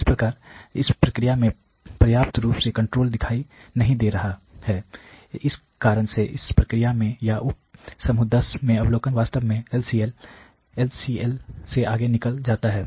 इस प्रकार इस प्रक्रिया में पर्याप्त रूप से कण्ट्रोल दिखाई नहीं दे रहा है इस कारण से इस प्रक्रिया में या उप समूह 10 में अवलोकन वास्तव में LCL से आगे निकल जाता है